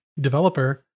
developer